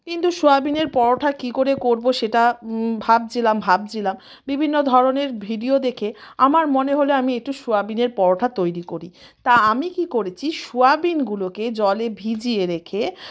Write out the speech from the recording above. কিন্তু সোয়াবিনের পরোটা কী করে করবো সেটা ভাবছিলাম ভাবছিলাম বিভিন্ন ধরনের ভিডিও দেখে আমার মনে হলো আমি একটু সোয়াবিনের পরোটা তৈরি করি তা আমি কী করেছি সোয়াবিনগুলোকে জলে ভিজিয়ে রেখে